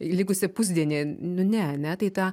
likusį pusdienį nu ne ne tai tą